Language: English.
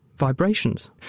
vibrations